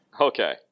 Okay